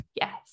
Yes